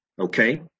okay